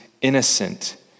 innocent